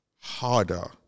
harder